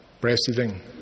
President